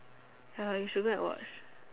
ya you should go and watch